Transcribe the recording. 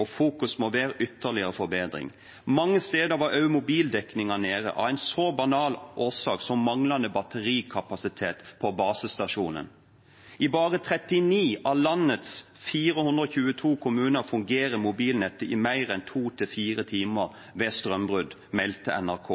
og fokus må være på ytterligere forbedring. Men mange steder var også mobildekningen nede – av en så banal årsak som manglende batterikapasitet på basestasjonen. I bare 39 av landets 422 kommuner fungerer mobilnettet i mer enn to til fire timer ved strømbrudd, meldte NRK.